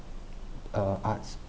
uh arts